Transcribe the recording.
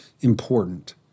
important